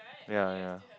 ya ya